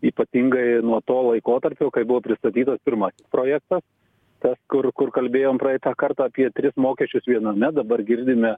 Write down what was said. ypatingai nuo to laikotarpio kai buvo pristatytas pirmasis projektas tas kur kur kalbėjom praeitą kartą apie tris mokesčius viename dabar girdime